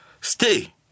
Stay